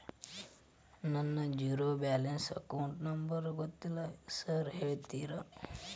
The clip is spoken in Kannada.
ನನ್ನ ಜೇರೋ ಬ್ಯಾಲೆನ್ಸ್ ಅಕೌಂಟ್ ನಂಬರ್ ಗೊತ್ತಿಲ್ಲ ಸಾರ್ ಹೇಳ್ತೇರಿ?